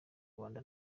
rwanda